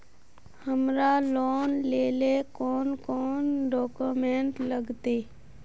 हमरा लोन लेले कौन कौन डॉक्यूमेंट लगते?